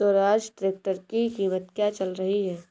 Swaraj tractor की कीमत क्या चल रही है?